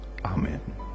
Amen